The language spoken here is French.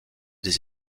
des